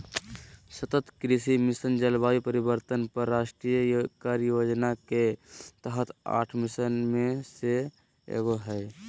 सतत कृषि मिशन, जलवायु परिवर्तन पर राष्ट्रीय कार्य योजना के तहत आठ मिशन में से एगो हइ